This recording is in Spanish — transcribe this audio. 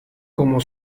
como